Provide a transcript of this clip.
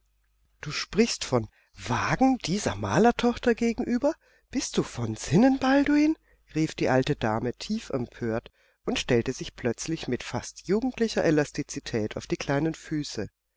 du sprichst von wagen dieser malertochter gegenüber bist du von sinnen balduin rief die alte dame tief empört und stellte sich plötzlich mit fast jugendlicher elastizität auf die kleinen füße